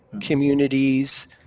communities